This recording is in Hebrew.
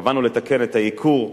התכוונו לתקן את הייקור,